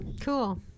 cool